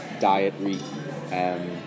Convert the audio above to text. dietary